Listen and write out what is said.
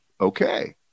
Okay